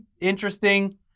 interesting